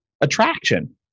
attraction